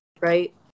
right